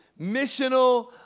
Missional